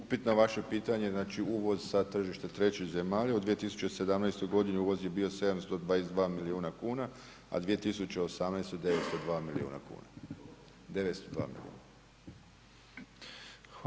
Upit na vaše pitanje, znači uvoz sa tržišta trećih zemalja u 2017.g. uvoz je bio 722 milijuna kuna, a 2018. 902 milijuna kuna, 902 milijuna.